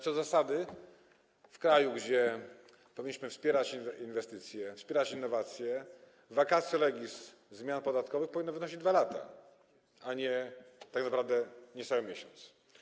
Co do zasady w kraju, gdzie powinniśmy wspierać inwestycje, wspierać innowacje, vacatio legis zmian podatkowych powinno wynosić 2 lata, a nie tak naprawdę niecały miesiąc.